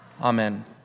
Amen